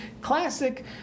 Classic